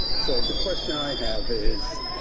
so, the question i have is.